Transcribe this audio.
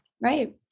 Right